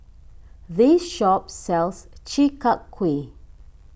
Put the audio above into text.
this shop sells Chi Kak Kuih